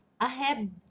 ahead